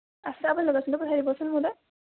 আছে আপুনি লোকেশ্যনটো পঠিয়াই দিবচোন মোৰলৈ